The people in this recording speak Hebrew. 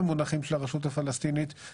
במונחים של הרשות הפלסטינית,